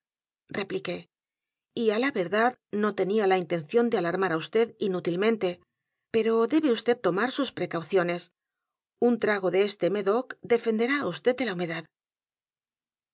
repliqué y á la verdad no tenía la intención de alarmar á v d inútilmente pero debe vd t o m a r sus precauciones un t r a g o de este roedoe d e f e n d e r á á vd de la humedad